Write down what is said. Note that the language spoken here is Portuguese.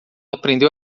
aprendeu